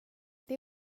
det